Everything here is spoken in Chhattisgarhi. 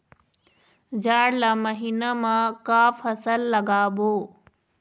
जाड़ ला महीना म का फसल लगाबो?